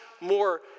more